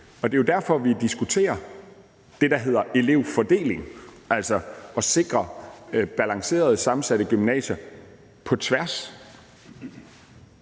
Det er jo derfor, vi diskuterer det, der hedder elevfordeling, og sikrer balancerede sammensatte gymnasier på tværs.